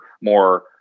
more